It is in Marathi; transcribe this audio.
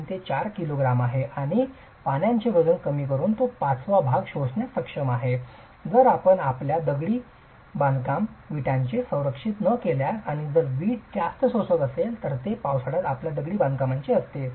5 ते 4 किलोग्रॅम आहे आणि पाण्याचे वजन कमी करुन तो पाचवा भाग शोषण्यास सक्षम आहे जर आपण आपल्या विटांचे दगडी बांधकाम संरक्षित न केल्यास आणि जर वीट जास्त शोषक असेल तर ते पावसाळ्यात आपल्या दगडी बांधकामात असते